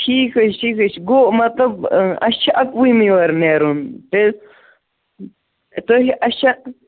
ٹھیٖک حظ چھِ ٹھیٖک حظ چھِ گوٚو مطلب اَسہِ چھِ اَکوُہمہِ یورٕ نیرُن تہٕ تۅہہِ اَسہِ چھا